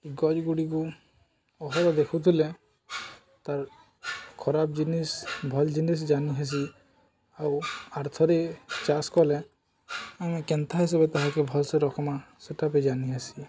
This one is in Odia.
ଗଛ ଗୁଡ଼ିକୁ ଅହଦ ଦେଖୁଥିଲେ ତାର୍ ଖରାପ ଜିନିଷ୍ ଭଲ୍ ଜିନିଷ୍ ଜାନି ହେସି ଆଉ ଆର୍ଥରେ ଚାଷ କଲେ ଆମେ କେନ୍ତା ହିସାବରେ ତାହାକେ ଭଲ୍ସେ ରଖ୍ମା ସେଟାବି ଜାନି ହେସି